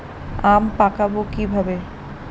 আম পাকাবো কিভাবে?